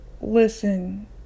listen